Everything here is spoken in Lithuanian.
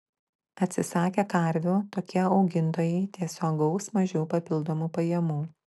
atsisakę karvių tokie augintojai tiesiog gaus mažiau papildomų pajamų